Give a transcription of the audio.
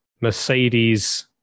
Mercedes